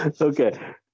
Okay